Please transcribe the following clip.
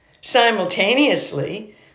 Simultaneously